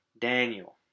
Daniel